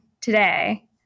today